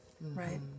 Right